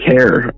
care